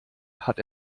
hat